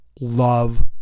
love